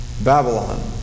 Babylon